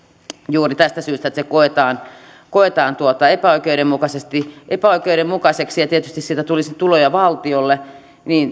juuri tästä syystä että se koetaan epäoikeudenmukaiseksi epäoikeudenmukaiseksi ja tietysti siitä tulisi tuloja valtiolle